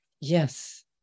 Yes